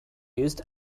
used